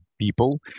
people